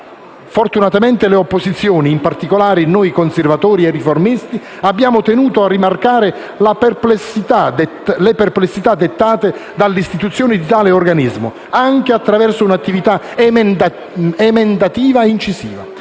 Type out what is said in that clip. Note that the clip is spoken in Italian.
Fortunatamente le opposizioni - in particolare, noi Conservatori e Riformisti - hanno tenuto a rimarcare le perplessità dettate dall'istituzione di tale organismo, anche attraverso un'attività emendativa incisiva,